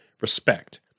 Respect